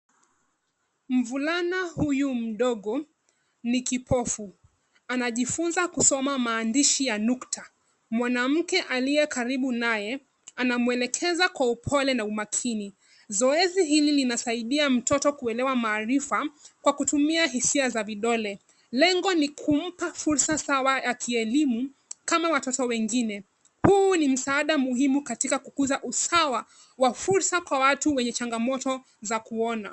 Mvulana huyu mdogo ni kipofu. Anajifunza kusoma maandishi ya nukta. Mwanamke aliye karibu naye anamwelekeza kwa upole na umakini. Zoezi hili linasaidia mtoto kuelewa maarifa kwa kutumia hisia za vidole. Lengo ni kumpa fursa sawa ya kielimu kama watoto wengine. Huu ni msada muhimu katika kukuza usawa wa fursa kwa watu wenye changamoto za kuona.